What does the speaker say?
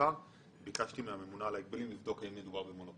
שמשפיעים על היכולת התחרותית שלהם במורד